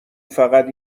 فقط